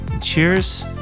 Cheers